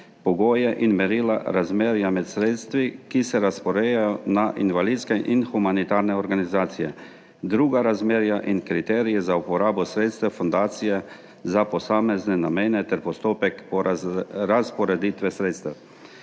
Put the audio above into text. in merila, razmerja med sredstvi, ki se razporejajo na invalidske in humanitarne organizacije, druga razmerja in kriterije za uporabo sredstev fundacije za posamezne namene ter postopek razporeditve sredstev.